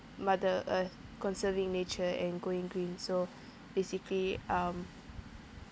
mother earth conserving nature and going green so basically um